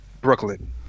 Brooklyn